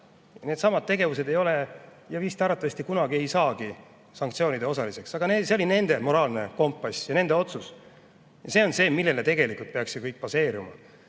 Nende tegevus ei ole ja arvatavasti kunagi ka ei saa sanktsioonide osaliseks, aga see oli nende moraalne kompass, nende otsus. See on see, millel tegelikult peaks kõik baseeruma. Nüüd,